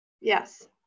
Yes